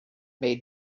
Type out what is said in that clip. made